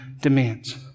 demands